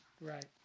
right